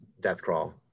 Deathcrawl